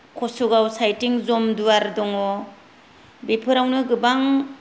कसुगाव सायदथिं जमदुवार दङ बेफोरावनो गोबां